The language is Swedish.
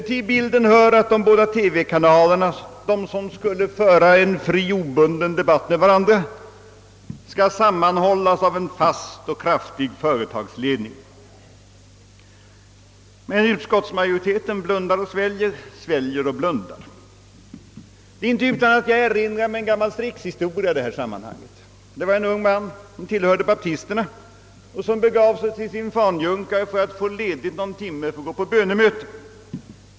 Till bilden hör att de båda TV-kanalerna, som skulle föra en fri och obunden debatt med varandra, skall sammanhållas av en fast och kraftig företagsledning. Men «:utskottsmajoriteten blundar och sväljer, sväljer och blundar. Det är inte utan att jag i detta sammanhang erinrar mig en gammal Strix-historia. En ung man som tillhörde baptisterna bad sin fanjunkare att få ledigt någon timme för att gå på bönemöte.